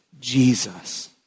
Jesus